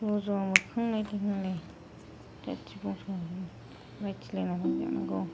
ज' ज' मोखां नायलायनानै जाथिफोरखौ रायथिलायनानै लानांगौ